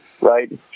right